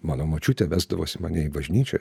mano močiutė vesdavosi mane į bažnyčią